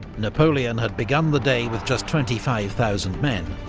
napoleon had begun the day with just twenty five thousand men.